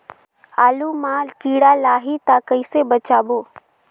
आलू मां कीड़ा लाही ता कइसे बचाबो?